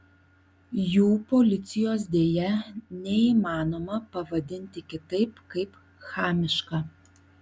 jų policijos deja neįmanoma pavadinti kitaip kaip chamiška